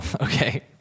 okay